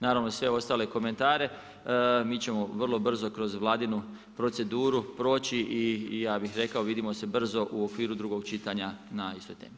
Naravno i sve ostale komentare mi ćemo vrlo brzo kroz vladinu proceduru proći i ja bih rekao vidimo se brzo u okviru drugog čitanja na istoj temi.